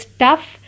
tough